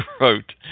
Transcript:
wrote